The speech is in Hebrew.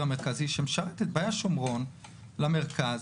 המרכזי שמשרת את באי השומרון למרכז,